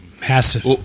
massive